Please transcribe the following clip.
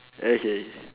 okay